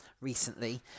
recently